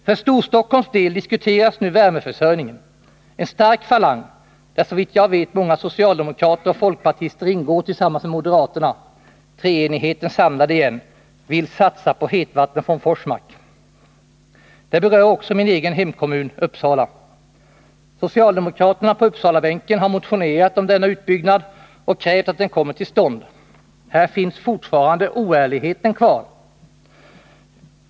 För Storstockholms del diskuteras nu värmeförsörjningen. En stark falang, där såvitt jag vet många socialdemokrater och folkpartister ingår tillsammans med moderaterna — treenigheten är samlad igen — vill satsa på hetvatten från Forsmark. Det berör också min hemkommun, Uppsala. Socialdemokraterna på Uppsalabänken har motionerat om denna utbyggnad och krävt att den skall komma till stånd. Här finns fortfarande oärligheten kvar.